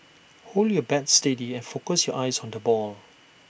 hold your bat steady and focus your eyes on the ball